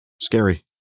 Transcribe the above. scary